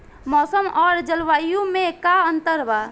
मौसम और जलवायु में का अंतर बा?